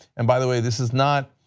and by the way this is not,